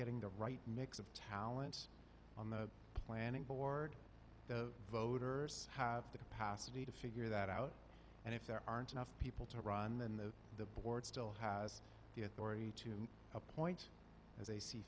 getting the right mix of talent on the planning board the voters have the capacity to figure that out and if there aren't enough people to run then the the board still has the authority to appoint as they see